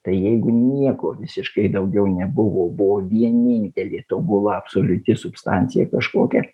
tai jeigu nieko visiškai daugiau nebuvo buvo vienintelė tobula absoliuti substancija kažkokia